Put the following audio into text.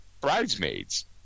bridesmaids